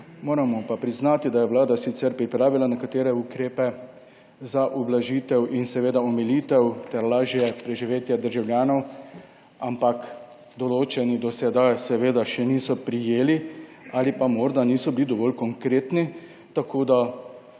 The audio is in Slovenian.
moramo pa priznati, da je Vlada sicer pripravila nekatere ukrepe za ublažitev in seveda omilitev ter lažje preživetje državljanov, ampak določeni do sedaj seveda še niso prijeli ali pa morda niso bili dovolj konkretni, tako da